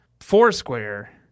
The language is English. Foursquare